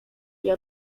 nie